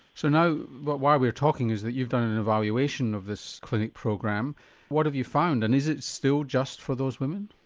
so now but why we're talking is you've done an evaluation of this clinic program what have you found and is it still just for those women?